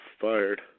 fired